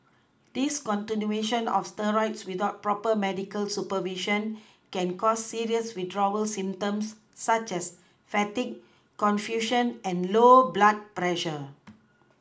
discontinuation of steroids without proper medical supervision can cause serious withdrawal symptoms such as fatigue confusion and low blood pressure